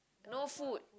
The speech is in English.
no food